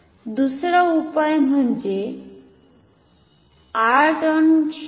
दुसरा उपाय म्हणजे आर्ट ऑन शंट